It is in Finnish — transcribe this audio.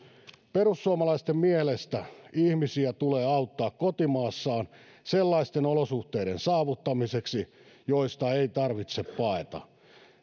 perussuomalaisten mielestä ihmisiä tulee auttaa kotimaassaan sellaisten olosuhteiden saavuttamiseksi joista ei tarvitse paeta